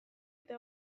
edo